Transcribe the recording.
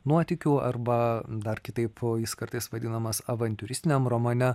nuotykių arba dar kitaip jis kartais vadinamas avantiūristiniam romane